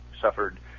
suffered